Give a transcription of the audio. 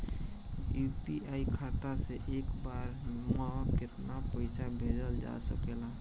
UPI खाता से एक बार म केतना पईसा भेजल जा सकेला?